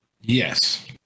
Yes